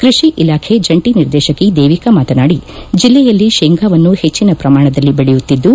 ಕೃಷಿ ಇಲಾಖೆ ಜಂಟಿ ನಿರ್ದೇಶಕಿ ದೇವಿಕಾ ಮಾತನಾಡಿ ಜಲ್ಲೆಯಲ್ಲಿ ಶೇಂಗಾವನ್ನು ಹೆಚ್ಚಿನ ಪ್ರಮಾಣದಲ್ಲಿ ದೆಳೆಯುತ್ತಿದ್ದು